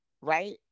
Right